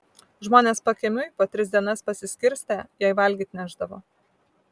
žmonės pakiemiui po tris dienas pasiskirstę jai valgyt nešdavo